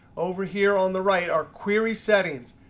over here on the right are query settings.